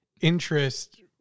interest